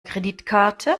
kreditkarte